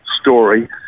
story